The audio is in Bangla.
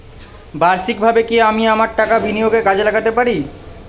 বার্ষিকভাবে কি আমি আমার টাকা বিনিয়োগে কাজে লাগাতে পারি?